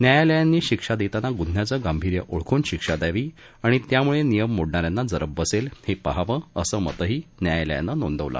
न्यायालयांनी शिक्षा देताना गुन्ख्याचं गांभीर्य ओळखून शिक्षा द्यावी आणि त्यामुळे नियम मोडणाऱ्यांना जरब बसेल हे पाहावं असं मतही न्यायालयानं नोंदवलं